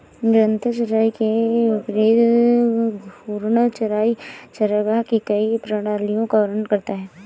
निरंतर चराई के विपरीत घूर्णन चराई चरागाह की कई प्रणालियों का वर्णन करता है